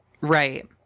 Right